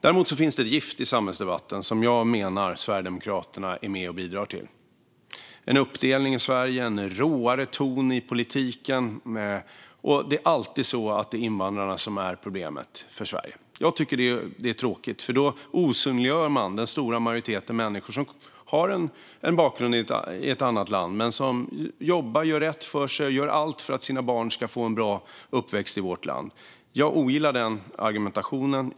Däremot finns ett gift i samhällsdebatten som jag menar att Sverigedemokraterna är med och bidrar till. Det är en uppdelning i Sverige, en råare ton i politiken. Det är alltid så att det är invandrarna som är problemet för Sverige. Jag tycker att det är tråkigt. Då osynliggör man den stora majoriteten bland människor som har en bakgrund i ett annat land. De jobbar och gör rätt för sig och gör allt för att deras barn ska få en bra uppväxt i vårt land. Jag ogillar den argumentationen.